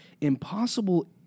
impossible